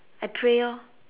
I pray orh